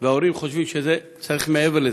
וההורים חושבים שצריך מעבר לזה.